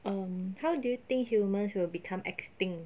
um how do you think humans will become extinct